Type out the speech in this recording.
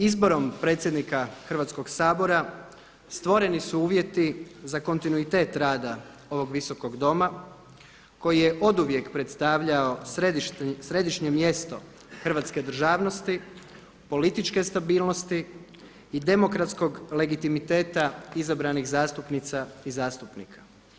Izborom predsjednika Hrvatskog sabora stvoreni su uvjeti za kontinuitet rada ovog Visokog doma koji je oduvijek predstavljao središnje mjesto hrvatske državnosti, političke stabilnosti i demokratskog legitimiteta izabranih zastupnica i zastupnika.